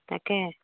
তাকে